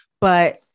But-